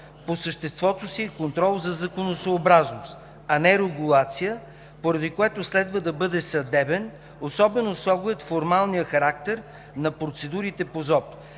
по съществото си е контрол за законосъобразност, а не регулация, поради което следва да бъде съдебен, особено с оглед формалния характер на процедурите по ЗОП.